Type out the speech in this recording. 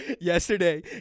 yesterday